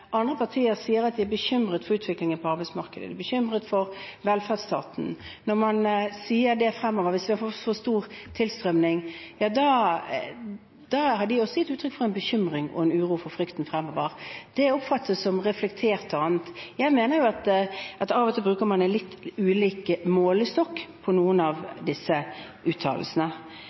andre partier sier at de er bekymret for utviklingen på arbeidsmarkedet, de er bekymret for velferdsstaten fremover hvis vi får for stor tilstrømning, ja da har de også gitt uttrykk for en bekymring og en uro for tiden fremover. Det oppfattes som bl.a. reflektert. Jeg mener at man av og til bruker en litt ulik målestokk på noen av disse uttalelsene.